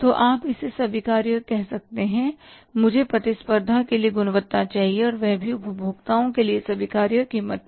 तो आप इसे स्वीकार्य कह सकते हैं मुझे प्रतिस्पर्धा के लिए गुणवत्ता चाहिए वह भी उपभोक्ताओं के लिए स्वीकार्य कीमत पर